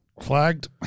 Flagged